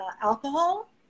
alcohol